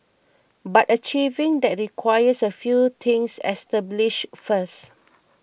but achieving that requires a few things established first